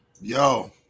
Yo